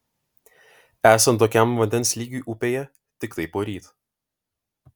esant tokiam vandens lygiui upėje tiktai poryt